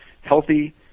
healthy